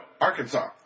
Arkansas